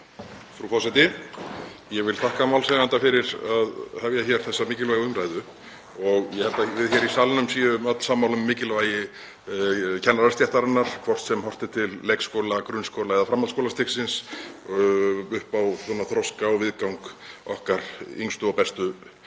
Frú forseti. Ég vil þakka málshefjanda fyrir að hefja þessa mikilvægu umræðu. Ég held að við hér í salnum séum öll sammála um mikilvægi kennarastéttarinnar, hvort sem horft er til leikskóla-, grunnskóla- eða framhaldsskólastigsins, upp á þroska og viðgang okkar yngstu og bestu